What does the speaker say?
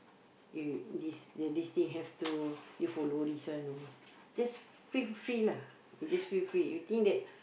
y~ this the this thing have to you follow this one oh just feel free lah you just feel free you think that